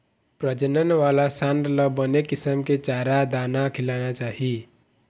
प्रजनन वाला सांड ल बने किसम के चारा, दाना खिलाना चाही